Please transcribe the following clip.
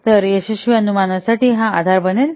तर यशस्वी अनुमानासाठी हा आधार बनेल